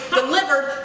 delivered